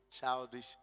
childish